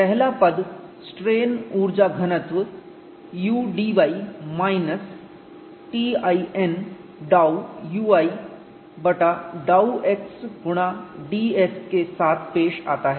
पहला पद स्ट्रेन ऊर्जा घनत्व U dy minus T i n डाउ u i बटा डाउ x गुणा ds के साथ पेश आता है